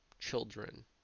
children